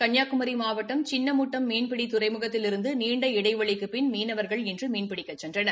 கன்னியாகுமரி மாவட்டம் சின்னமுட்டம் மீன்பிடி துறைமுகத்திலிருந்து நீண்ட இடைவெளிக்குப்பின் மீனவர்கள் இன்று மீன்பிடிக்கச் சென்றனர்